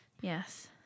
Yes